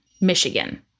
Michigan